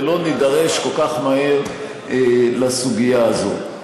ולא נידרש כל כך מהר לסוגיה הזאת.